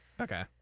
okay